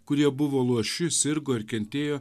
kurie buvo luoši sirgo ir kentėjo